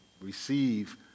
receive